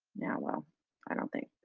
yeah, well i don't think,